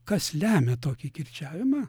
kas lemia tokį kirčiavimą